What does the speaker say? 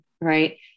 right